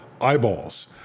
eyeballs